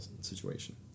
situation